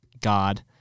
God